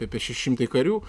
apie šeši šimtai karių